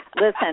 Listen